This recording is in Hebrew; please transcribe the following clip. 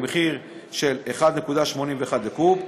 למחיר של 1.81 שקל לקוב.